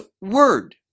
word